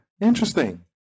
Interesting